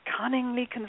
cunningly